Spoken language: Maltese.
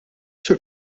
sur